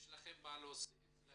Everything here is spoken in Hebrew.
יש לכם מה להוסיף?